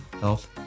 health